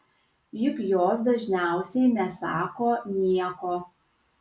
juk jos dažniausiai nesako nieko